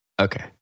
Okay